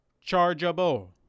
chargeable